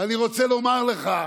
ואני רוצה לומר לך,